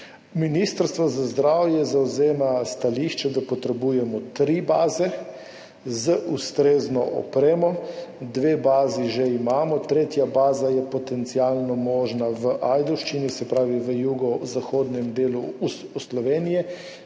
Ministrstvo za zdravje zavzema stališče, da potrebujemo tri baze z ustrezno opremo. Dve bazi že imamo, tretja baza je potencialno možna v Ajdovščini, se pravi v jugozahodnem delu Slovenije,